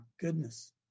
goodness